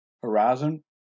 Horizon